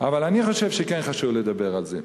אבל אני חושב שכן חשוב לדבר על זה.